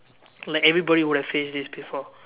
like everybody would have faced this before